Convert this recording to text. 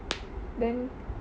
then